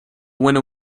winner